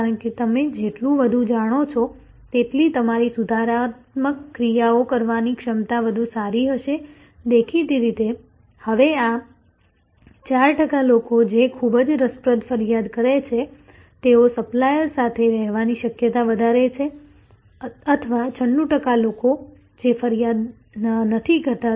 કારણ કે તમે જેટલું વધુ જાણો છો તેટલી તમારી સુધારાત્મક ક્રિયાઓ કરવાની ક્ષમતા વધુ સારી હશે દેખીતી રીતે હવે આ 4 ટકા લોકો જે ખૂબ જ રસપ્રદ ફરિયાદ કરે છે તેઓ સપ્લાયર સાથે રહેવાની શક્યતા વધારે છે અથવા 96 ટકા લોકો જે ફરિયાદ નથી કરતા